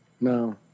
No